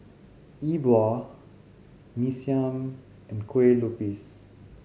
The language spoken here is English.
E Bua Mee Siam and Kuih Lopes